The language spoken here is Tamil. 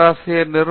பேராசிரியர் ஆர்